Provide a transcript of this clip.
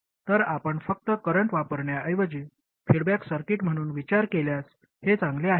तर आपण फक्त करंट वापरण्याऐवजी फीडबॅक सर्किट म्हणून विचार केल्यास हे चांगले आहे